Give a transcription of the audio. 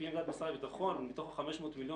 לפי עמדת משרד הביטחון מתוך ה-500 מיליון